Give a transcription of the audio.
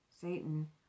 Satan